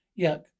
Yuck